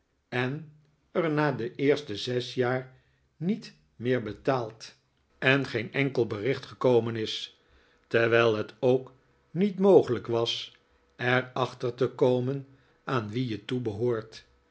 en er na de eerste zes jaar niet meer betaald en geen enkel nikolaas nickleby bericht gekomen is terwijl het ook niet mogelijk was er achter te komen aan wien je toebehoort